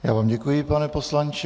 Já vám děkuji, pane poslanče.